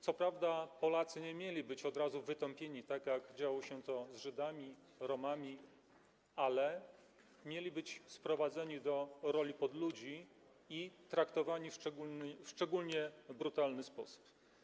Co prawda, Polacy nie mieli być od razu wytępieni, tak jak działo się to z Żydami, Romami, ale mieli być sprowadzeni do roli podludzi i traktowani w szczególnie brutalny sposób.